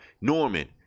Norman